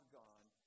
gone